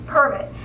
Permit